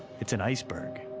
it's an iceberg.